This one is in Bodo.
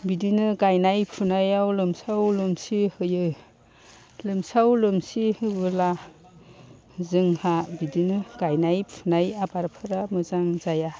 बिदिनो गायनाय फुनायाव लोमसाव लोमसि होयो लोमसाव लोमसि होब्ला जोंहा बिदिनो गायनाय फुनाय आबादफोरा मोजां जाया